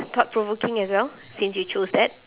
thought-provoking as well since you chose that